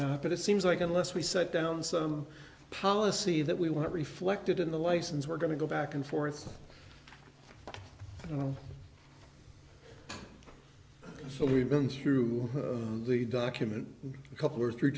not but it seems like unless we set down some policy that we want reflected in the license we're going to go back and forth and so we've been through the document a couple or three